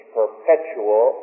perpetual